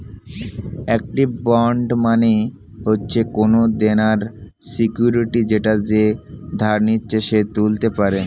একটি বন্ড মানে হচ্ছে কোনো দেনার সিকিউরিটি যেটা যে ধার নিচ্ছে সে তুলতে পারে